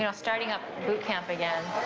and starting up boot camp again.